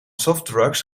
softdrugs